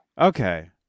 Okay